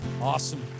awesome